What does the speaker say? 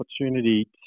opportunity